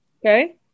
Okay